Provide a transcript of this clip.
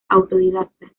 autodidacta